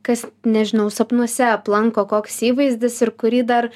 kas nežinau sapnuose aplanko koks įvaizdis ir kurį dar